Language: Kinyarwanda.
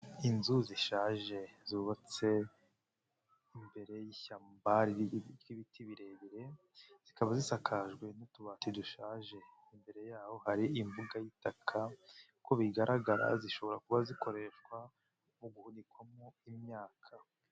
Inzu zishaje zubatse imbere y'ishyamba ry'ibiti birebire, zikaba zisakajwe utubati dushaje, imbere yaho hari imbuga y'itaka, bigaragara ko zishobora kuba zikoreshwa mu guhunikwamo imyaka.